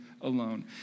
alone